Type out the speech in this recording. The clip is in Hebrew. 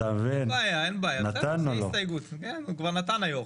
אין בעיה, הוא כבר נתן, היו"ר.